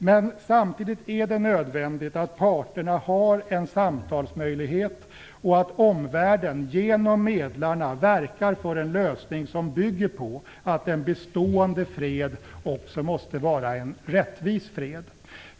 Men samtidigt är det nödvändigt att parterna har en samtalsmöjlighet och att omvärlden genom medlarna verkar för en lösning som bygger på att en bestående fred också måste vara en rättvis fred.